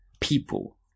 people